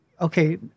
Okay